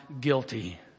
guilty